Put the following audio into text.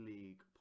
League